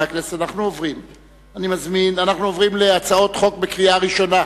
אני מבקש להודיע לסגן יושב-ראש הכנסת,